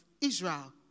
Israel